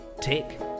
Tick